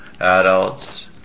adults